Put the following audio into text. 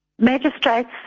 Magistrates